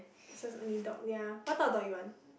so it's only dog ya what type of dog you want